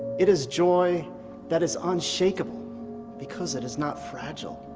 it is joy that is unshakeable because it is not fragile.